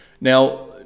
now